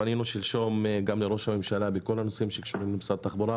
פנינו שלשום גם לראש הממשלה בכל הנושאים שקשורים למשרד התחבורה.